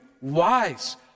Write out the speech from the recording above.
wise